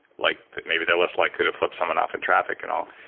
like maybe they're less likely to flip someone off in traffic and all.